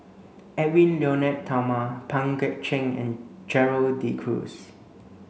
Edwy Lyonet Talma Pang Guek Cheng and Gerald De Cruz